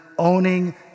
Owning